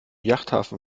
yachthafen